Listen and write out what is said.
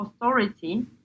authority